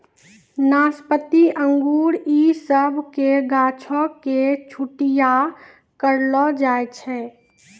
नाशपाती अंगूर इ सभ के गाछो के छट्टैय्या करलो जाय छै